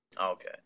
Okay